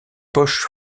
poche